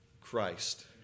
Christ